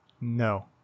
No